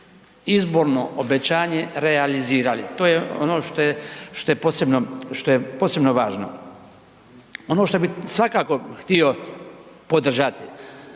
izborno obećanje realizirali, to je ono što je posebno važno. Ono što bi svakako htio podržati